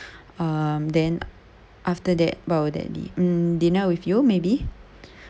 um then after that what would that be um dinner with you maybe